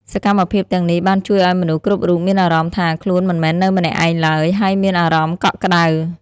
សកម្មភាពទាំងនេះបានជួយឱ្យមនុស្សគ្រប់រូបមានអារម្មណ៍ថាខ្លួនមិនមែននៅម្នាក់ឯងឡើយ ហើយមានអារម្មណ៍កក់ក្តៅ។